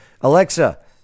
Alexa